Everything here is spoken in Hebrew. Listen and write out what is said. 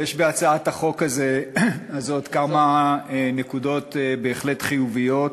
יש בהצעת החוק הזאת כמה נקודות בהחלט חיוביות.